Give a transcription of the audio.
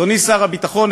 אדוני שר הביטחון,